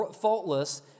faultless